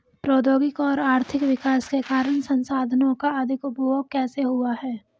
प्रौद्योगिक और आर्थिक विकास के कारण संसाधानों का अधिक उपभोग कैसे हुआ है?